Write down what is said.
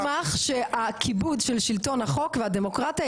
אני אשמח שהכיבוד של שלטון החוק והדמוקרטיה,